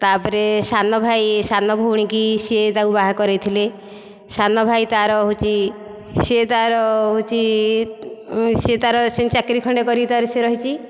ତା'ପରେ ସାନ ଭାଇ ସାନ ଭଉଣୀ କି ସିଏ ତାକୁ ବାହା କରାଇଥିଲେ ସାନ ଭାଇ ତା'ର ହେଉଛି ସେ ତା'ର ହେଉଛି ସେ ତା'ର ସେମିତି ଚାକିରୀ ଖଣ୍ଡେ କରି ସେ ତା'ର ରହିଛି